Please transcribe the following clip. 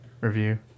review